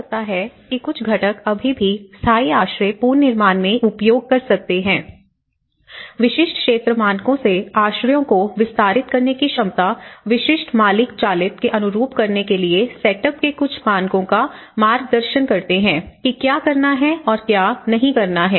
हो सकता है कि कुछ घटक अभी भी स्थायी आश्रय पुनर्निर्माण में उपयोग कर सकते हैं विशिष्ट क्षेत्र मानकों से आश्रयों को विस्तारित करने की क्षमता विशिष्ट मालिक चालित के अनुरूप करने के लिए सेटअप के कुछ मानकों का मार्गदर्शन करते हैं कि क्या करना है और क्या नहीं करना है